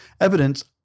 evidence